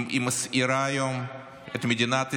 מסעירה היום את מדינת ישראל,